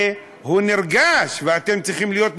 והוא נרגש, ואתם צריכים להיות נרגשים.